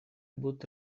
будут